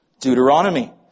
Deuteronomy